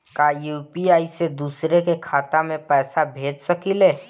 का यू.पी.आई से दूसरे के खाते में पैसा भेज सकी ले?